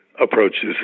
approaches